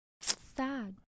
Sad